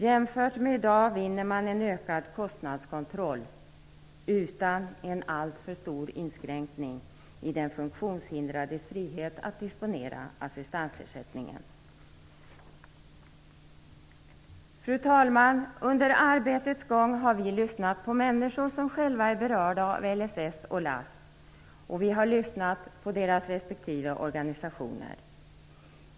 Jämfört med i dag vinner man en ökad kostnadskontroll utan en alltför stor inskränkning i den funktionshindrades frihet att disponera assistansersättningen. Fru talman! Under arbetets gång har vi lyssnat på människor som själva är berörda av LSS och LASS, och vi har lyssnat på deras respektive organisationer.